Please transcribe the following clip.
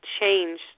change